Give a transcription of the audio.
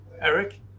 Eric